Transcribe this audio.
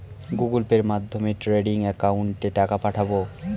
Google পের মাধ্যমে trading একাউন্টে টাকা পাঠাবো?